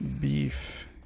beef